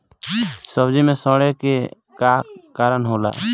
सब्जी में सड़े के का कारण होला?